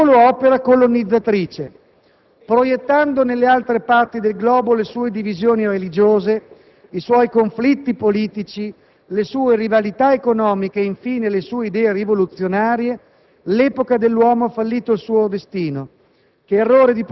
un'Europa divisa in nazioni poteva fare solo opera colonizzatrice. Proiettando nelle altre parti del globo le sue divisioni religiose, i suoi conflitti politici, le sue rivalità economiche e, infine, le sue idee rivoluzionarie,